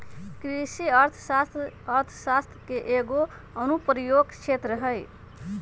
कृषि अर्थशास्त्र अर्थशास्त्र के एगो अनुप्रयुक्त क्षेत्र हइ